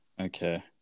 Okay